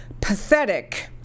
pathetic